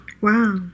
Wow